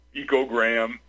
ecogram